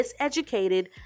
miseducated